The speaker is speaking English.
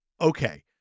okay